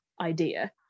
idea